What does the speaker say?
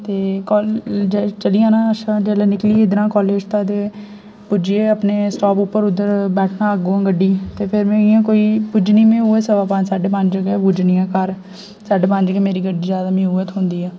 ते कालेज चली जाना अ'सां जेल्लै निकली इद्धरां कालेज तां ते पुज्जियै अपने स्टाप उप्पर उद्धर बैठना अग्गुआं गड्डी ते फिर में इ'यां कोई पुज्जनी में उ'यै सवा पंज साड्ढे पंज गै पुज्जनी आं घर साड्ढे पंज गै मेरी गड्डी ज्यादै मीं उयै थोह्न्दी ऐ